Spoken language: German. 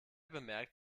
bemerkt